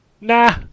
Nah